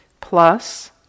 plus